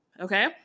Okay